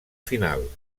final